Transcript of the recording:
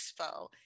Expo